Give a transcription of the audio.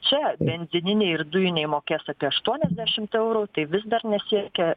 čia benzininiai ir dujiniai mokės apie aštuoniasdešimt eurų tai vis dar nesiekia